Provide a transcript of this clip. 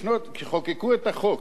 כשחוקקו את החוק,